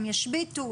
הם ישביתו,